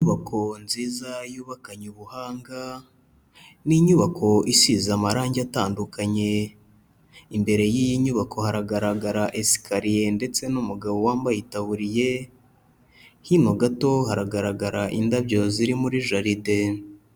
Inyubako nziza yubakanye ubuhanga, ni inyubako isize amarangi atandukanye, imbere y'iyi nyubako haragaragara esikariye ndetse n'umugabo wambaye itaburiye, hino gato haragaragara indabyo ziri muri jaride.